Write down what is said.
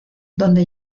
donde